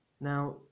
Now